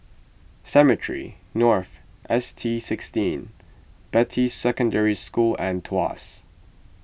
Cemetry North S T sixteen Beatty Secondary School and Tuas